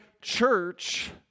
church